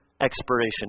expiration